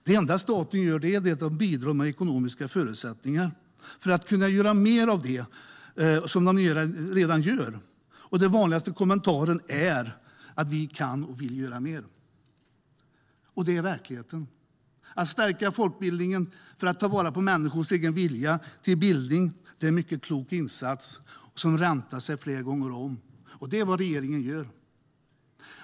Det enda staten gör är att bidra med ekonomiska förutsättningar så att de ska kunna göra mer av det de redan gör. Och den vanligaste kommentaren från folkrörelserna är: Vi kan och vill göra mer. Det är verkligheten. Att stärka folkbildningen för att ta vara på människors egen vilja till bildning, det är en mycket klok insats som räntar sig flera gånger om. Och det är vad regeringen gör.